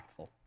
impactful